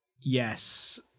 Yes